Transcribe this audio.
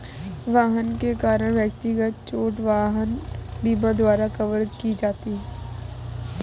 वाहन के कारण व्यक्तिगत चोट वाहन बीमा द्वारा कवर की जाती है